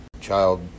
child